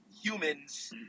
humans